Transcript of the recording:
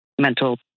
mental